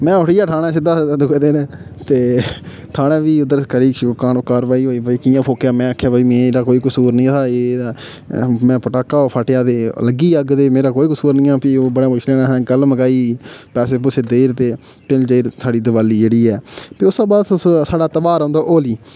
में उठी आ ठाने सिद्धा दूऐ दिन ते ठाने भी उद्धर करी कानून करवाई होई ते भई आखेआ कि'यां फुक्केआ में आखेआ मेरा कोई कसूर निं हा एह् में पटाका फाट्टेआ ते लग्गी अग्ग ते मेरा कोई कसूर निं ऐ में फ्ही ओ बड़े मुश्कलें कन्नै गल्ल मकाई पैसे पूसे ते फिर देई'र दे साढ़ी दिवाली जेह्ड़ी ऐ ते उस बाच साढ़ा ध्यार औंदा होली